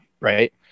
right